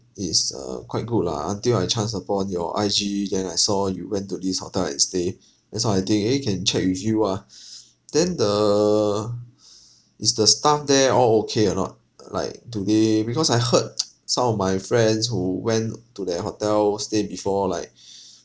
is uh quite good lah until I chanced upon your I_G then I saw you went to this hotel and stay that's how I think eh can check with you ah then the is the staff there all okay or not uh like do they because I heard some of my friends who went to that hotel stay before like